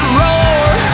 roar